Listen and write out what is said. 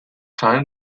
time